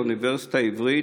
האוניברסיטה העברית,